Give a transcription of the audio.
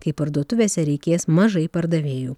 kai parduotuvėse reikės mažai pardavėjų